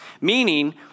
Meaning